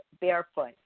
barefoot